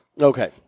okay